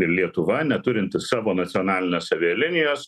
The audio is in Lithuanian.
ir lietuva neturinti savo nacionalinės avialinijos